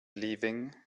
leaving